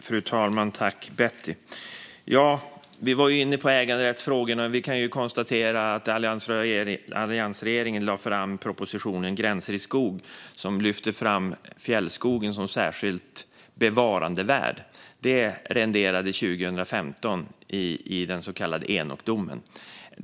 Fru talman! Tack, Betty! Vi var inne på äganderättsfrågorna och kan ju konstatera att alliansregeringen lade fram propositionen Gränser i skog , som lyfte fram fjällskogen som särskilt bevarandevärd. Detta renderade 2015 i den så kallade Änokdomen.